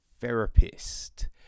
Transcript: therapist